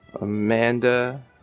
Amanda